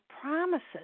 promises